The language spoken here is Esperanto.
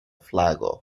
flago